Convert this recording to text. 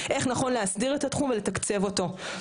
איך נכון להסדיר את התחום ולתקצב אותו.